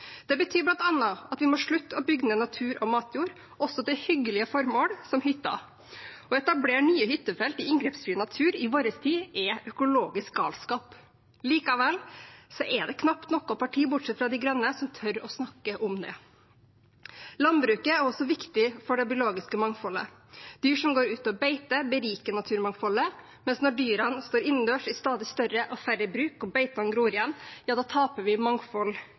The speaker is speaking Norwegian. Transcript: Det betyr bl.a. at vi må slutte å bygge ned natur og matjord, også til hyggelige formål som hytte. Å etablere nye hyttefelt i inngrepsfri natur i vår tid er økologisk galskap. Likevel er det knapt noe parti, bortsett fra De Grønne, som tør å snakke om det. Landbruket er også viktig for det biologiske mangfoldet. Dyr som går ute på beite, beriker naturmangfoldet, mens når dyrene står innendørs i stadig større og færre bruk og beitene gror igjen, taper vi mangfold